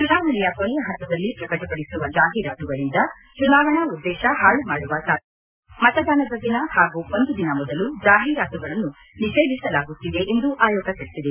ಚುನಾವಣೆಯ ಕೊನೆಯ ಪಂತದಲ್ಲಿ ಪ್ರಕಟಪಡಿಸುವ ಜಾಹೀರಾತುಗಳಿಂದ ಚುನಾವಣಾ ಉದ್ದೇಶ ಹಾಳು ಮಾಡುವ ಸಾಧ್ಯತೆ ಇರುವುದರಿಂದ ಮತದಾನದ ದಿನ ಹಾಗೂ ಒಂದು ದಿನ ಮೊದಲು ಜಾಹೀರಾತುಗಳನ್ನು ನಿಷೇಧಿಸಲಾಗುತ್ತಿದೆ ಎಂದು ಆಯೋಗ ತಿಳಿಸಿದೆ